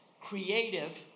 creative